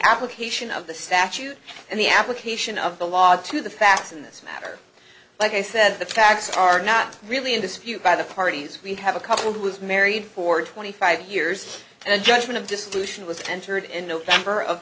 application of the statute and the application of the law to the facts in this matter like i said the facts are not really in dispute by the parties we have a couple who was married for twenty five years and a judgment of dissolution was entered in november of